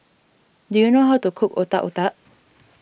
do you know how to cook Otak Otak